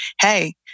hey